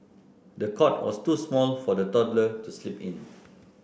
the cot was too small for the toddler to sleep in